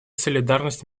солидарность